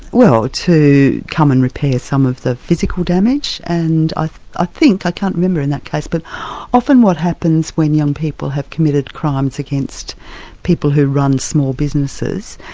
well, to come and repair some of the physical damage, and i ah think i can't remember in that case but often what happens when young people have committed crimes against people who run small businesses,